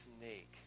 snake